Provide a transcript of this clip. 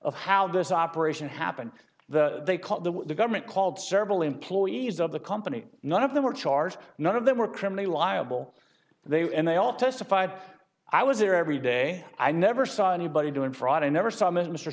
of how this operation happened the they called the government called several employees of the company none of them were charged none of them were criminally liable they were and they all testified i was there every day i never saw anybody doing fraud i never saw mr